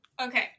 Okay